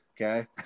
Okay